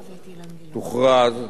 תוכרז.